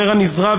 הזרע נזרע,